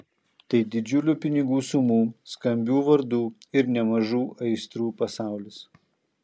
tai didžiulių pinigų sumų skambių vardų ir nemažų aistrų pasaulis